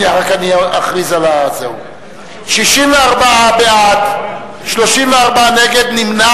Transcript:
64 בעד, 34 נגד, נמנע